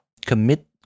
commit